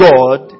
God